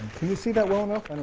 can you see that well enough? and